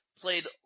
Played